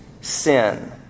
sin